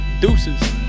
Deuces